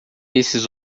esses